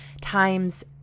times